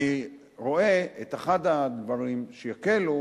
אני רואה את אחד הדברים שיקלו,